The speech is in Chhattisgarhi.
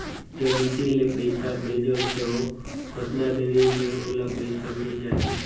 जब इत्ते ले पइसा भेजवं तो कतना देरी मे ओला पइसा मिल जाही?